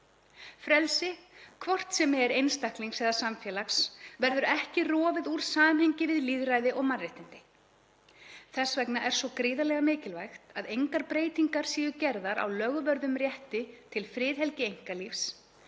Frelsi, hvort sem er einstaklings eða samfélags, verður ekki rofið úr samhengi við lýðræði og mannréttindi. Þess vegna er svo gríðarlega mikilvægt að engar breytingar séu gerðar á lögvörðum rétti til friðhelgi einkalífs